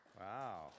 wow